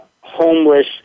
homeless